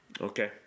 Okay